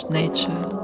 nature